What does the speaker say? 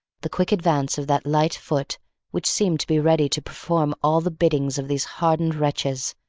the quick advance of that light foot which seemed to be ready to perform all the biddings of these hardened wretches,